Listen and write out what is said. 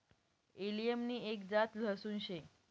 allium नि एक जात लहसून शे